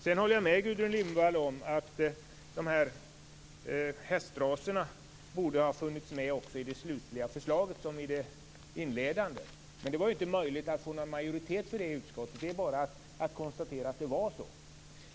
Jag håller med Gudrun Lindvall om att dessa hästraser borde ha funnits med också i det slutliga förslaget. Men det var ju inte möjligt att få någon majoritet för det i utskottet. Det är bara att konstatera att det var så.